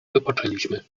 wypoczęliśmy